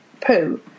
poo